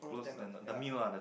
close to the the meal lah the